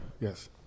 Yes